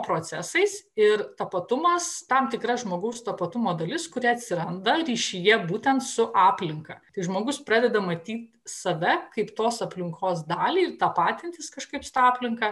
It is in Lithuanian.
procesais ir tapatumas tam tikra žmogaus tapatumo dalis kuri atsiranda ryšyje būtent su aplinka tai žmogus pradeda matyt save kaip tos aplinkos dalį ir tapatintis kažkaip su ta aplinka